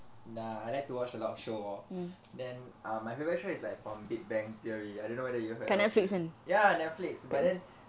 nah I like to watch a lot of show oh then ah my favourite show is like the big bang theory I don't know whether you heard of it ya netflix but then